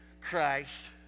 Christ